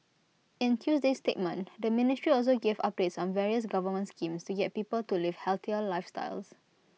in Tuesday's statement the ministry also gave updates on various government schemes to get people to live healthier lifestyles